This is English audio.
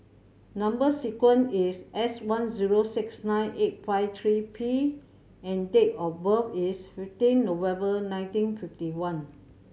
number sequence is S one zero six nine eight five three P and date of birth is fifteen November nineteen fifty one